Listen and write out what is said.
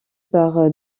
par